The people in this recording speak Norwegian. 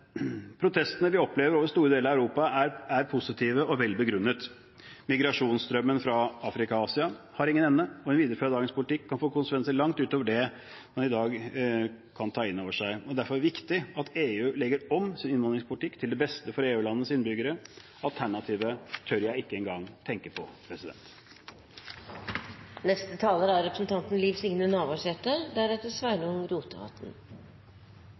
Protestene vi opplever over store deler av Europa, er positive og vel begrunnet. Migrasjonsstrømmen fra Afrika og Asia har ingen ende, og en videreføring av dagens politikk kan få konsekvenser langt utover det man i dag kan ta inn over seg. Det er derfor viktig at EU legger om sin innvandringspolitikk til beste for EU-landenes innbyggere. Alternativet tør jeg ikke engang å tenke på. Eg vil òg takke for ei nyttig utgreiing om viktige EU- og EØS-saker frå statsråden. Noreg er